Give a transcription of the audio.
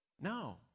No